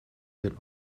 den